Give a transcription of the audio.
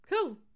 cool